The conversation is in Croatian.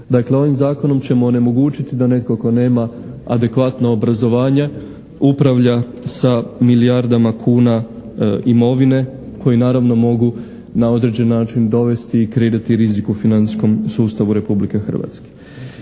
Dakle ovim Zakonom ćemo onemogućiti da netko tko nema adekvatno obrazovanje upravlja sa milijardama kuna imovine koji naravno mogu na određeni način dovesti i kreirati rizik u financijskom sustavu Republike Hrvatske.